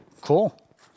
Cool